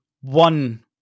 one